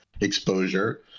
exposure